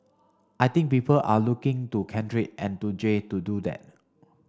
I think people are looking to Kendrick and to Jay to do that